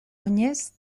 oinez